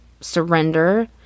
surrender